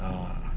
uh